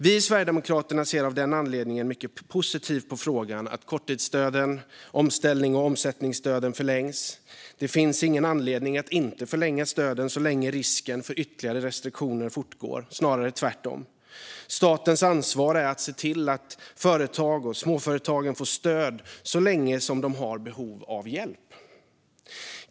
Vi i Sverigedemokraterna ser av denna anledning mycket positivt på att korttids, omställnings och omsättningsstöden förlängs. Det finns ingen anledning att inte förlänga stöden så länge risken för ytterligare restriktioner fortgår, snarare tvärtom. Statens ansvar är att se till att företag och småföretag får stöd så länge som de har behov av hjälp.